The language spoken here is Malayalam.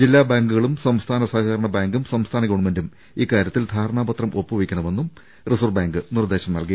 ജില്ലാ ബാങ്കുകളും സംസ്ഥാന സഹകരണ ബാങ്കും സംസ്ഥാന ഗവൺമെന്റും ഇക്കാരൃത്തിൽ ധാരണാപത്രം ഒപ്പുവെക്കണമെന്നും റിസർവ് ബാങ്ക് നിർദേശം നൽകി